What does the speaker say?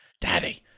daddy